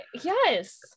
Yes